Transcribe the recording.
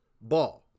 ball